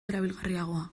erabilgarriagoa